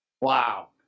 Wow